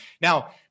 Now